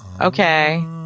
Okay